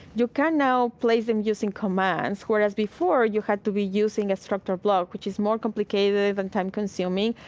you can now place them using commands. whereas before, you had to be using a structure block, which is more complicated and time consuming.